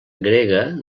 grega